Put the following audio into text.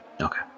okay